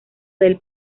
del